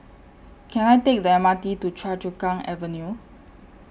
Can I Take The M R T to Choa Chu Kang Avenue